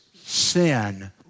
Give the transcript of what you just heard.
sin